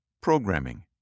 programming